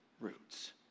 roots